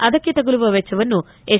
ಅದಕ್ಕೆ ತಗಲುವ ವೆಚ್ಲವನ್ನು ಎಸ್